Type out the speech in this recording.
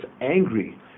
angry